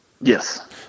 yes